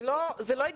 זה לא הגיוני,